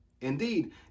Indeed